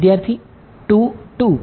વિદ્યાર્થી 2 2